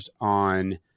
on